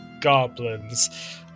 goblins